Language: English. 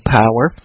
power